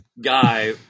guy